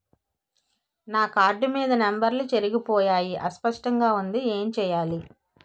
నా కార్డ్ మీద నంబర్లు చెరిగిపోయాయి అస్పష్టంగా వుంది ఏంటి చేయాలి?